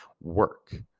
work